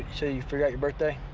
say you forgot your birthday?